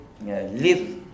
live